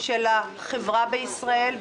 של החברה בישראל.